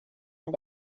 med